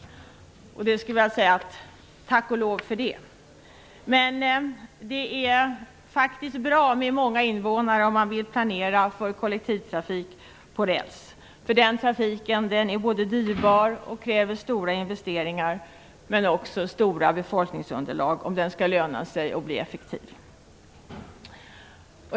Och tack och lov för det! Men det är bra med många invånare om man vill planera för kollektivtrafik på räls, därför att den trafiken är både dyrbar och kräver stora investeringar men också ett stort befolkningsunderlag, om den skall löna sig och bli effektiv.